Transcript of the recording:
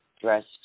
Dressed